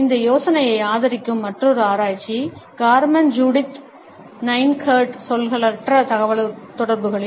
இந்த யோசனையை ஆதரிக்கும் மற்றொரு ஆராய்ச்சி கார்மென் ஜூடித் நைன் கர்ட் சொற்களற்ற தகவல்தொடர்புகளில்